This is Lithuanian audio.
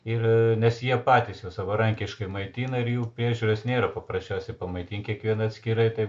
ir nes jie patys jau savarankiškai maitina ir jų priežiūros nėra paprasčiausi pamaitink kiekvieną atskirai tai